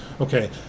Okay